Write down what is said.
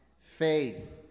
faith